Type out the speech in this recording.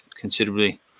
considerably